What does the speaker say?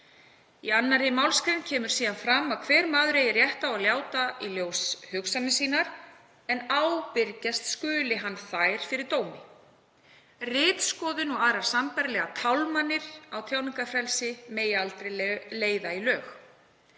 Í 2. mgr. kemur síðan fram að hver maður eigi rétt á að láta í ljós hugsanir sínar, en ábyrgjast skuli hann þær fyrir dómi. Ritskoðun og aðrar sambærilegar tálmanir á tjáningarfrelsi má aldrei í lög